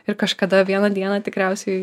ir kažkada vieną dieną tikriausiai